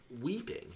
weeping